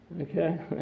Okay